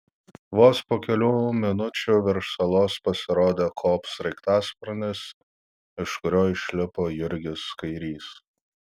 vos po kelių minučių virš salos pasirodė kop sraigtasparnis iš kurio išlipo jurgis kairys